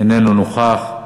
איננו נוכח,